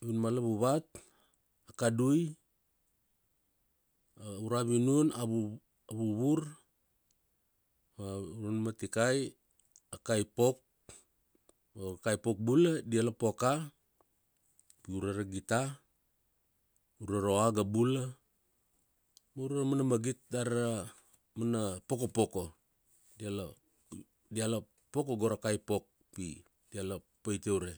avinun ma lavuvat a kadui, auravinun a vu, a vuvur, a vinun ma tikai, a kaipok, io a kaipok bula dia la poka piure ra gita ure ra oaga bula ure mana magit dari mana pokopoko diala poko go ra kaipok pi diala paitia ure.